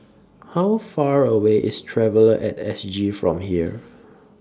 How Far away IS Traveller At S G from here